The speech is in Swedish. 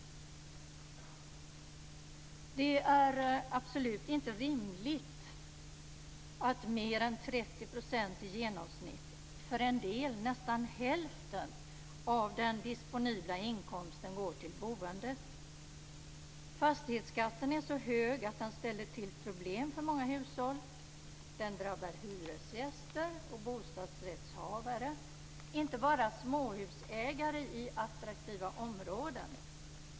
Det är absolut inte rimligt att i genomsnitt mer än 30 %, för en del nästan hälften, av den disponibla inkomsten går till boendet. Fastighetsskatten är så hög att den ställer till med problem för många hushåll. Den drabbar hyresgäster och bostadsrättshavare, inte bara småhusägare i attraktiva områden.